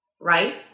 Right